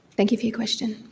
thank you for your question.